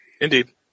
Indeed